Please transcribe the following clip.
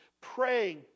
praying